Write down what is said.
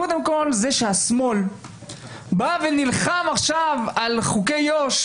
קודם כול מזה שהשמאל בא ונלחם עכשיו על חוקי יו"ש,